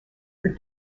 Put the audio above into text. for